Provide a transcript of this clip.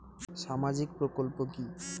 সামাজিক প্রকল্প কি?